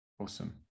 awesome